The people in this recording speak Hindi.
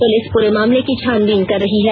पुलिस पूरे मामले की छानबीन कर रही है